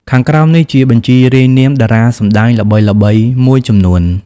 ខាងក្រោមនេះជាបញ្ជីរាយនាមតារាសម្ដែងល្បីៗមួយចំនួន។